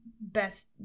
best